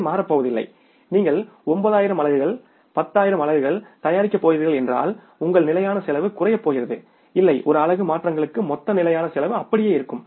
இது மாறப்போவதில்லை நீங்கள் 9 ஆயிரம் அலகுகள் 10 ஆயிரம் அலகுகள் தயாரிக்கப் போகிறீர்கள் என்றால் உங்கள் நிலையான செலவு குறையப் போகிறது இல்லை ஒரு அலகு மாற்றங்களுக்கு மொத்த நிலையான செலவு அப்படியே இருக்கும்